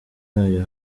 yayo